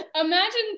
Imagine